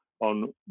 on